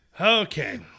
Okay